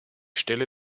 stelle